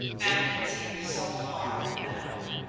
and it seemed so hard now.